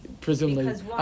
presumably